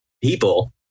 people